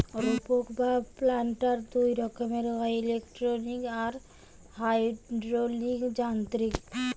রোপক বা প্ল্যান্টার দুই রকমের হয়, ইলেকট্রিক আর হাইড্রলিক যান্ত্রিক